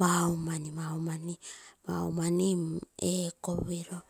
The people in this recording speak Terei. maumani-maumani ekopiroo.